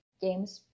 games